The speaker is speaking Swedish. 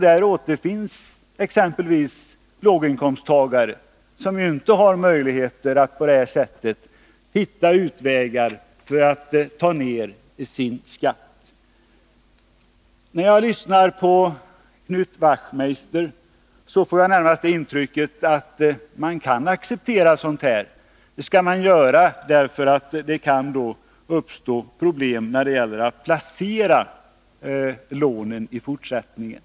Där återfinns exempelvis låginkomsttagare, som ju inte har möjligheter att på det här sättet hitta utvägar för att minska sin skatt. När jag lyssnade på Knut Wachtmeister fick jag närmast det intrycket att han menar att man kan acceptera sådant — och att man kan göra det därför att det kan uppstå problem när det gäller att placera lånen i fortsättningen.